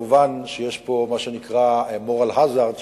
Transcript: כמובן יש פה מה שנקרא moral hazard,